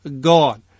God